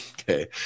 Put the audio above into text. okay